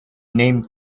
name